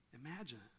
Imagine